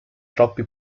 troppi